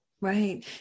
Right